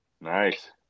Nice